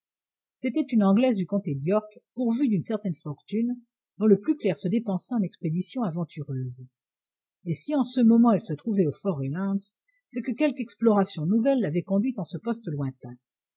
c'était une anglaise du comté d'york pourvue d'une certaine fortune dont le plus clair se dépensait en expéditions aventureuses et si en ce moment elle se trouvait au fort reliance c'est que quelque exploration nouvelle l'avait conduite en ce poste lointain